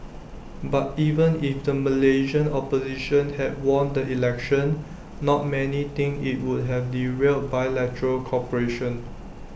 but even if the Malaysian opposition had won the election not many think IT would have derailed bilateral cooperation